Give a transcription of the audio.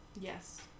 Yes